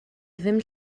ddim